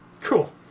Cool